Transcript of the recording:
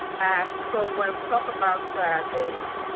ah so when we talk about the